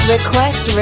Request